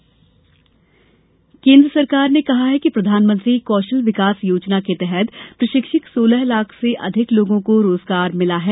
कौशल विकास केन्द्र सरकार ने कहा है कि प्रधानमंत्री कौशल विकास योजना के तहत प्रशिक्षित सोलह लाख से अधिक लोगों को रोजगार मिला है